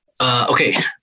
Okay